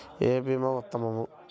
ఏ భీమా ఉత్తమము?